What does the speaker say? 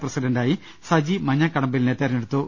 പ്രസിഡന്റായി സജി മഞ്ഞക്കടമ്പിലിനെ തെരഞ്ഞെടുത്തു